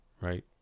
right